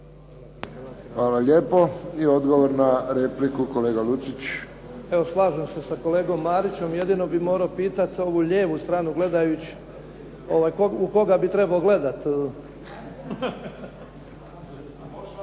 Hvala lijepo. I odgovor na repliku, kolega Lucić. **Lucić, Franjo (HDZ)** Evo, slažem se sa kolegom Marićem. Jedino bih morao pitati ovu lijevu stranu gledajući, u koga bi trebao gledati?